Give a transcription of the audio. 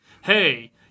hey